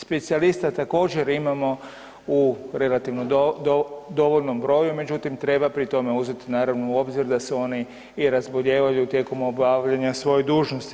Specijalista također imamo u relativno dovoljnom broju, međutim treba pri tome uzeti naravno u obzir da se oni i razboljevaju tijekom obavljanja svoje dužnosti.